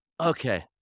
okay